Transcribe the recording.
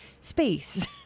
space